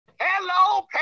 Hello